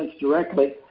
directly